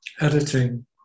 editing